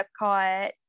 Epcot